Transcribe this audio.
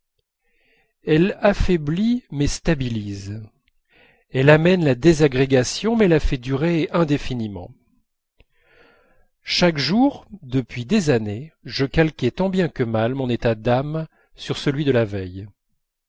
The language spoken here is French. elle affaiblit mais stabilise elle amène la désagrégation mais la fait durer indéfiniment chaque jour depuis des années je calquais tant bien que mal mon état d'âme sur celui de la veille